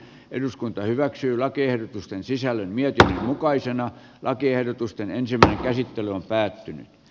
eduskunta hyväksyy lakiehdotusten sisällön mieltä huokoisina lakiehdotusten ensinnä esittely on päättynyt